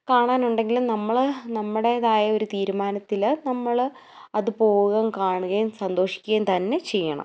കാണാനുണ്ടെങ്കിലും നമ്മൾ നമ്മുടേതായ ഒരു തീരുമാനത്തിൽ നമ്മൾ അത് പോകുകയും കാണുകയും സന്തോഷിക്കുകയും തന്നെ ചെയ്യണം